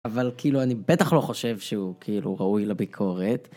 אבל כאילו אני בטח לא חושב שהוא כאילו ראוי לביקורת.